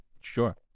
Sure